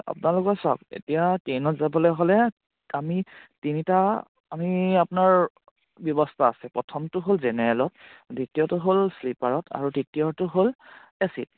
আপোনালোকৰ চাওক এতিয়া ট্ৰেইনত যাবলে হ'লে আমি তিনিটা আমি আপোনাৰ ব্যৱস্থা আছে প্ৰথমটো হ'ল জেনেৰেলত দ্বিতীয়টো হ'ল শ্লিপাৰত আৰু দ্বিতীয়টো হ'ল এ চিত